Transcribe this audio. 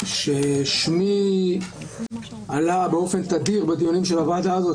מבין ששמי עלה באופן תדיר בדיונים של הוועדה הזאת,